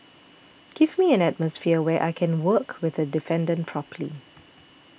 give me an atmosphere where I can work with the defendant properly